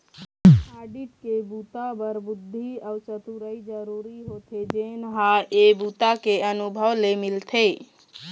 audit के बूता बर बुद्धि अउ चतुरई जरूरी होथे जेन ह ए बूता के अनुभव ले मिलथे